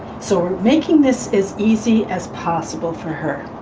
so we're making this as easy as possible for her.